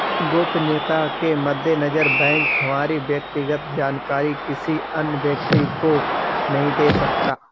गोपनीयता के मद्देनजर बैंक हमारी व्यक्तिगत जानकारी किसी अन्य व्यक्ति को नहीं दे सकता